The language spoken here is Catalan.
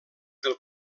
del